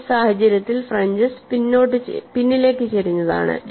ഈ സാഹചര്യത്തിൽ ഫ്രിഞ്ചെസ് പിന്നിലേക്ക് ചരിഞ്ഞതാണ്